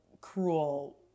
cruel